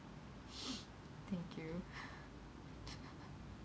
thank you